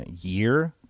year